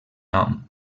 nom